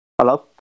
Hello